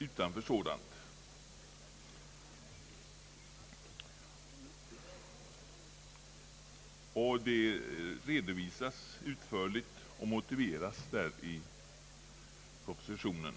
utanför sådant utförligt redovisas och motiveras i propositionen.